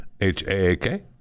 h-a-a-k